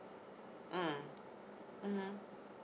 mm (uh huh)